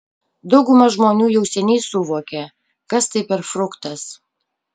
dauguma žmonių jau seniai suvokė kas tai per fruktas